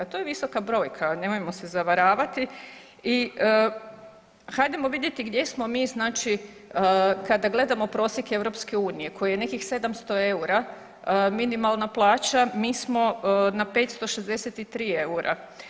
To je visoka brojka nemojmo se zavaravati i hajdemo vidjeti gdje smo mi znači kada gledamo prosjek EU koji je nekih 700 EUR-a minimalna plaća, mi smo na 563 EUR-a.